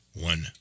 one